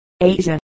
Asia